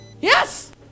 yes